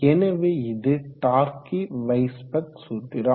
எனவே இது டார்கி வைஸ்பெக் சூத்திரம்